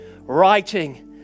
writing